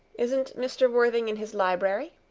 isn't mr. worthing in his library?